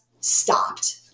stopped